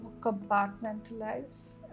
compartmentalize